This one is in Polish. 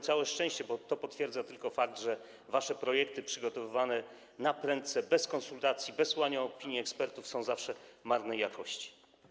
Całe szczęście, bo to potwierdza tylko fakt, że wasze projekty przygotowywane naprędce, bez konsultacji, bez słuchania opinii ekspertów są zawsze marnej jakości.